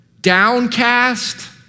downcast